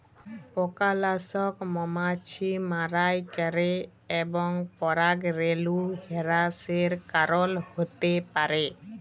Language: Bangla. পকালাসক মমাছি মারাই ক্যরে এবং পরাগরেলু হেরাসের কারল হ্যতে পারে